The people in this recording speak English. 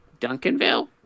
Duncanville